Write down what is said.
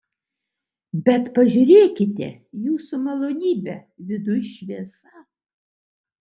bet pažiūrėkite jūsų malonybe viduj šviesa